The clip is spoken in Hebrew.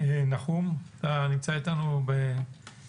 נחום, אתה נמצא איתנו במקוון.